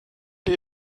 die